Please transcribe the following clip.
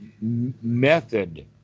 method